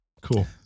Cool